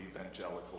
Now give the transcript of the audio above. evangelical